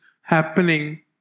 happening